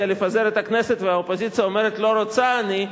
לפזר את הכנסת והאופוזיציה אומרת: לא רוצה אני,